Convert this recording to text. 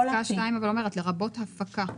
אבל פסקה (2) אומרת: "לרבות הפקה".